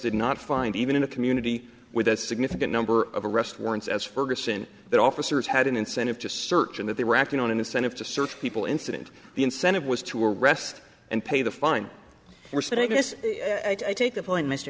did not find even in a community with a significant number of arrest warrants as ferguson that officers had an incentive to search and that they were acting on an incentive to search people incident the incentive was to arrest and pay the fine or sent this the point mr